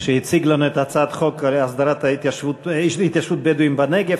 שהציג לנו את הצעת החוק להסדרת התיישבות בדואים בנגב,